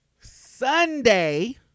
Sunday